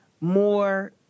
more